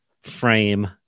frame